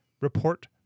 report